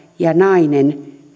ja nainen